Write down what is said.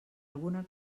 alguna